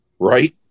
Right